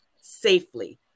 Safely